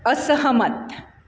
असहमत